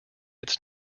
its